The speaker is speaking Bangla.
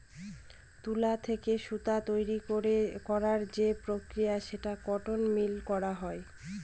তুলা থেকে সুতা তৈরী করার যে প্রক্রিয়া সেটা কটন মিলে করা হয়